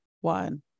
one